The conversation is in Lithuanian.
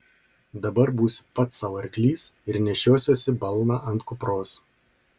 dabar būsiu pats sau arklys ir nešiosiuosi balną ant kupros